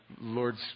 Lord's